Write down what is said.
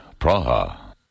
Praha